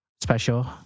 special